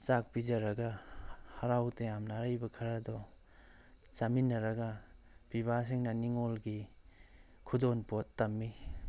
ꯆꯥꯛ ꯄꯤꯖꯔꯒ ꯍꯔꯥꯎ ꯇꯌꯥꯝꯅ ꯑꯔꯩꯕ ꯈꯔꯗꯣ ꯆꯥꯃꯤꯟꯅꯔꯒ ꯄꯤꯕꯥꯁꯤꯡꯅ ꯅꯤꯡꯉꯣꯜꯒꯤ ꯈꯨꯗꯣꯜ ꯄꯣꯠ ꯇꯝꯃꯤ